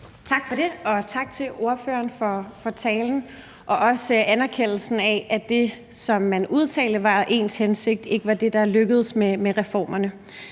Tak for det, og tak til ordføreren for talen og også anerkendelsen af, at det, som man udtalte var, at ens hensigt ikke var det, der lykkedes med reformerne.